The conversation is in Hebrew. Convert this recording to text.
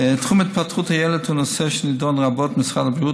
תחום התפתחות הילד הוא נושא שנדון רבות במשרד הבריאות